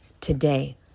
today